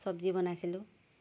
চব্জি বনাইছিলোঁ